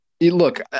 look